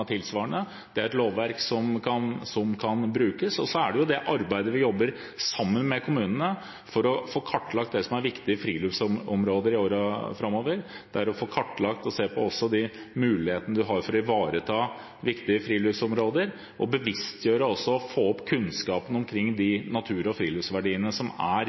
tilsvarende. Det er et lovverk som kan brukes. Så er det jo det vi jobber sammen med kommunene om, for å få kartlagt det som er viktige friluftsområder i årene framover. En må få kartlagt og sett på også de mulighetene en har for å ivareta viktige friluftsområder, og bevisstgjøre og få opp kunnskapen om de natur- og friluftsverdiene som